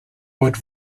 would